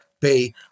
pay